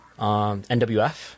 NWF